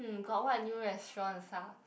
uh got what new restaurants ah